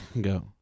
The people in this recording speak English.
go